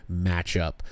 matchup